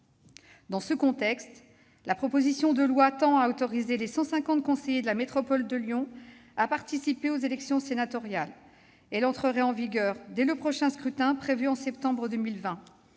la présente proposition de loi autorise les 150 conseillers de la métropole de Lyon à participer aux élections sénatoriales. Elle entrerait en vigueur dès le prochain scrutin, prévu en septembre 2020.